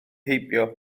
heibio